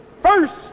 First